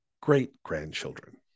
great-grandchildren